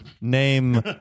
Name